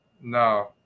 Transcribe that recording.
no